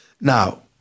Now